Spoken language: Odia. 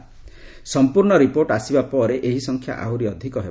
ସଫପୂର୍ଣ୍ଣ ରିପୋର୍ଟ ଆସିବା ପରେ ଏହି ସଂଖ୍ୟା ଆହୁରି ଅଧିକ ହେବ